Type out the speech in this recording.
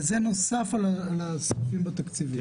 וזה נוסף על הסעיפים התקציביים.